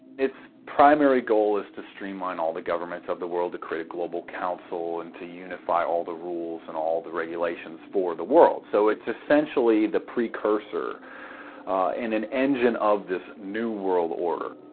it's primary goal is to streamline all the governments of the world. to create a global council and to unify all the rules. and all the regulations for the world. so it's essentially the precursor in an engine of this new world order.